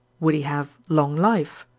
would he have long life?